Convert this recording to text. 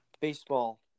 baseball